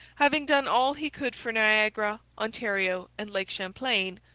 having done all he could for niagara, ontario, and lake champlain,